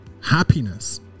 happiness